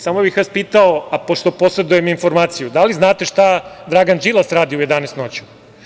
Samo bih vas pitao, pošto posedujem informaciju, da li znate šta Dragan Đilas radi u 11 noću?